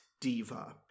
diva